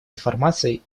информации